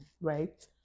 right